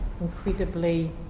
incredibly